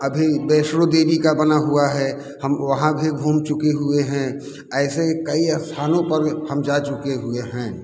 अभी वैष्णो देवी का बना हुआ है हम वहाँ भी घूम चुके हुए हैं ऐसे कई स्थानों पर हम जा चुके हुए हैं